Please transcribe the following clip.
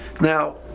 Now